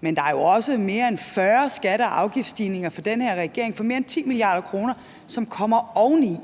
men der er jo også fra den her regering kommet mere end 40 skatte- og afgiftsstigninger for mere end 10 mia. kr., som kommer oveni,